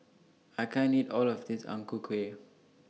I can't eat All of This Ang Ku Kueh